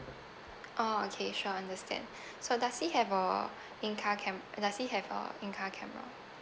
orh okay sure understand so does he have a in car cam does he have uh in car camera